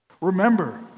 Remember